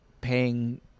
paying